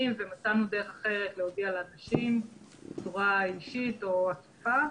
ומצאנו דרך אחרת להודיע לאנשים בצורה אישית או עקיפה.